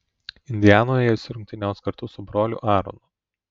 indianoje jis rungtyniaus kartu su broliu aaronu